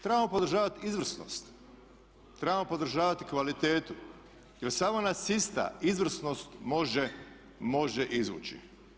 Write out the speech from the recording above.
Trebamo podržavati izvrsnost, trebamo podržavati kvalitetu jer samo nas ista izvrsnost može izvući.